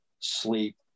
sleep